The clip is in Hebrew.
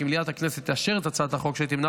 כי מליאת הכנסת תאשר את הצעת החוק שתמנע